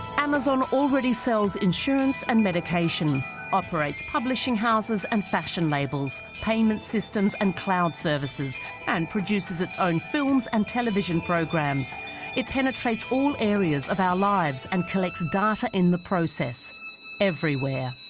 amazon already sells insurance and medication operates publishing houses and fashion labels payment systems and cloud services and produces its own films and television programs it penetrates all areas of our lives and collects data in the process everywhere